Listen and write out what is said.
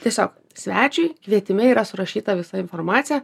tiesiog svečiui kvietime yra surašyta visa informacija